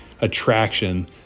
attraction